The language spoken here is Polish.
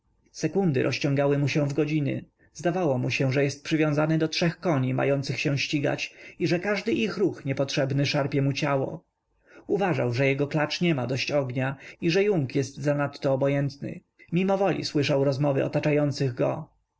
sekundy rozciągały mu się w godziny zdawało mu się że jest przywiązany do trzech koni mających się ścigać i że każdy ich ruch niepotrzebny szarpie mu ciało uważał że jego klacz nie ma dość ognia i że yung jest zanadto obojętny mimo woli słyszał rozmowy otaczających go